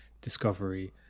Discovery